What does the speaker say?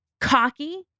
cocky